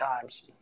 times